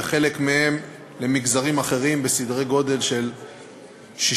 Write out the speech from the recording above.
וחלק מהן למגזרים אחרים בסדרי גודל של 60%